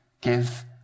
give